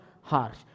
harsh